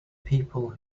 people